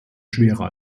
schwerer